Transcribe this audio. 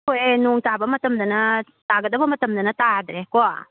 ꯀꯣꯛꯑꯦ ꯅꯣꯡ ꯇꯥꯕ ꯃꯇꯝꯗꯅ ꯇꯥꯒꯗꯕ ꯃꯇꯝꯗꯅ ꯇꯥꯗ꯭ꯔꯦꯀꯣ